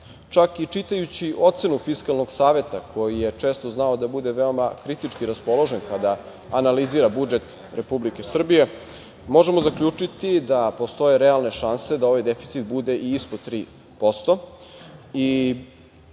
Čak i čitajući ocenu Fiskalnog saveta, koji je često znao da bude veoma kritički raspoložen kada analizira budžet Republike Srbije, možemo zaključiti da postoje realne šanse da ovaj deficit bude i ispod 3%